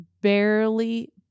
barely